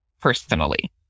personally